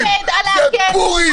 זה פורים.